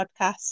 podcast